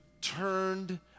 turned